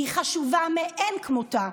הם חשובים מאין כמותם.